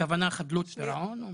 הכוונה חדלות פירעון?